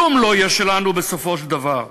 כלום לא יהיה שלנו בסופו של דבר.